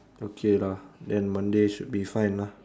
okay lah then Monday should be fine lah